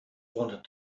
wanted